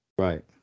Right